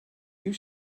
you